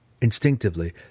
Instinctively